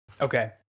Okay